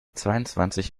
zweiundzwanzig